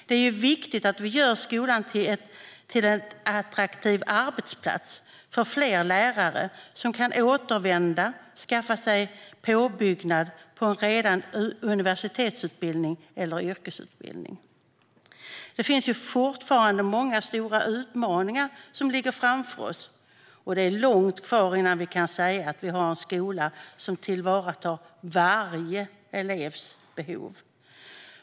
Det är viktigt att vi gör skolan till en attraktiv arbetsplats för fler lärare, som kan återvända och skaffa sig påbyggnad på en universitets eller yrkesutbildning. Det finns fortfarande många stora utmaningar som ligger framför oss, och det är långt kvar innan vi kan säga att vi har en skola som tillvaratar varje elevs behov.